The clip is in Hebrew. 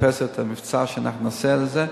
מחפש את המבצע שבו אנחנו נעשה את זה.